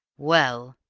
well,